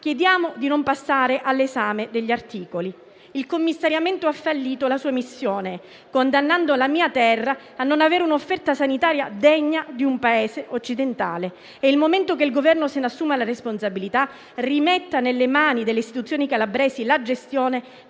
chiediamo di non passare all'esame degli articoli. Il commissariamento ha fallito la sua missione, condannando la mia terra a non avere un'offerta sanitaria degna di un Paese occidentale. È il momento che il Governo se ne assuma la responsabilità, che rimetta nelle mani delle istituzioni calabresi la gestione